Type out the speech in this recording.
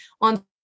on